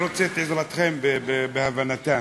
רוצה את עזרתכם בהבנתה.